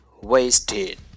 wasted